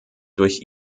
durch